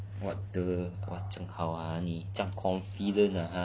but then right you lose out two years ah